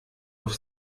auf